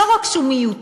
לא רק שהוא מיותר,